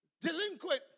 delinquent